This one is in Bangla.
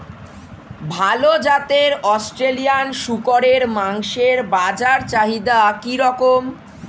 ভাল জাতের অস্ট্রেলিয়ান শূকরের মাংসের বাজার চাহিদা কি রকম?